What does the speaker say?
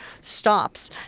stops